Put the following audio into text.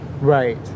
Right